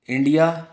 India